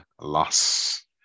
loss